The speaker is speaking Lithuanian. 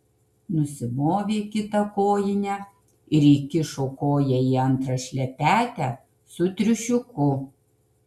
nusimovė kitą kojinę ir įkišo koją į antrą šlepetę su triušiuku